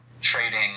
trading